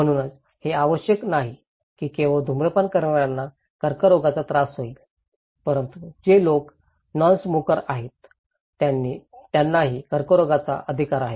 म्हणूनच हे आवश्यक नाही की केवळ धूम्रपान करणार्यांनाच कर्करोगाचा त्रास होईल परंतु जे लोक नॉनस्मोकर आहेत त्यांनाही कर्करोगाचा अधिकार आहे